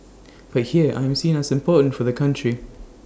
but here I'm seen as important for the country